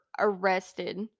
arrested